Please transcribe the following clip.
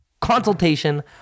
consultation